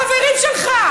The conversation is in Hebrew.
אלו החברים שלך.